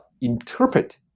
interpret